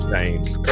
James